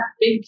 big